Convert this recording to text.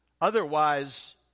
Otherwise